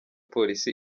polisi